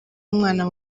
umwana